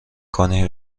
کنی